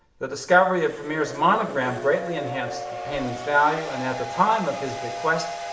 the discovery of vermeer's monogram greatly enhanced the painting's value and at the time of his bequest,